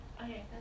Okay